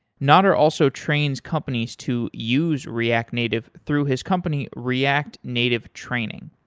nader also trains companies to use react native through his company react native training.